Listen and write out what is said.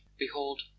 Behold